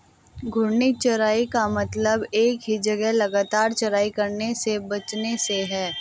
घूर्णी चराई का मतलब एक ही जगह लगातार चराई करने से बचने से है